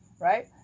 right